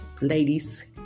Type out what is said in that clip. ladies